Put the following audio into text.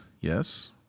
Yes